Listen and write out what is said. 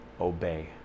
obey